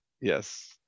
yes